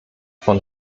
von